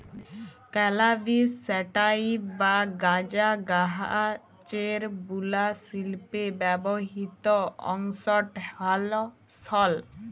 ক্যালাবিস sativa বা গাঁজা গাহাচের বুলা শিল্পে ব্যাবহিত অংশট হ্যল সল